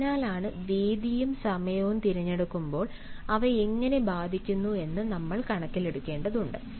അതിനാലാണ് വേദിയും സമയവും തിരഞ്ഞെടുക്കുമ്പോൾ അവ എങ്ങനെ ബാധിക്കുന്നു എന്ന് നമ്മൾ കണക്കിലെടുക്കേണ്ടതുണ്ട്